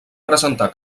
presentar